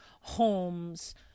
homes